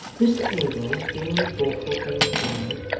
mr abel being in a thoughtful frame of mind,